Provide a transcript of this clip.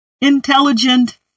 intelligent